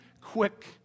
quick